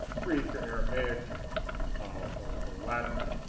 greek or aramaic or latin